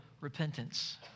repentance